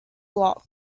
block